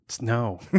No